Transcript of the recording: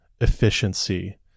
efficiency